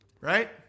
Right